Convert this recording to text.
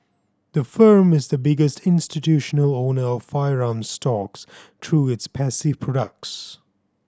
the firm is the biggest institutional owner of firearms stocks through its passive products